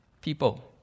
people